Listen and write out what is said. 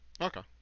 Okay